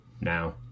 Now